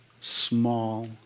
small